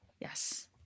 yes